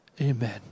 Amen